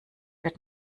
wird